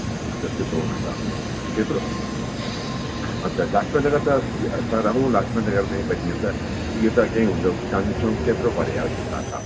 अच्छा सिधो हुन सां केतिरो अच्छा लाजपत नगर असां रहूं लाजपत नगर में ॿ ॾींहं त इहे त अॻे ई हूंदो चांदनी चौक केतिरो परे आहे हुतां खां